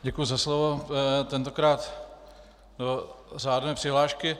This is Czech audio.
Děkuji za slovo tentokrát řádné přihlášky.